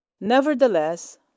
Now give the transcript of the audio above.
Nevertheless